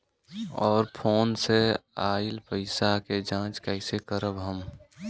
और फोन से आईल पैसा के जांच कैसे करब हम?